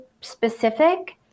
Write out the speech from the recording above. specific